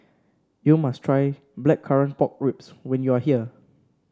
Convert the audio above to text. you must try Blackcurrant Pork Ribs when you are here